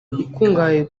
ikungahaye